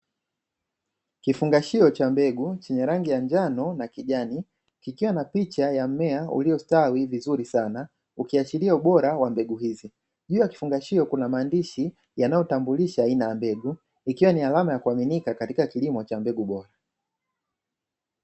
Kifungashio cha mbegu chenye rangi ya njano na kijani kikiwa na picha ya mmea uliostawi vizuri sana, ukiashiria ubora wa mbegu hizi. Juu ya kifungashio kuna maandishi yanayotambulisha aina ya mbegu ikiwa ni alama ya kuaminika katika kilimo cha mbegu bora.